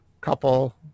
couple